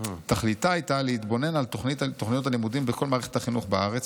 תכליתה הייתה להתבונן על תוכניות הלימודים בכל מערכת החינוך בארץ,